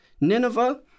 Nineveh